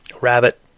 rabbit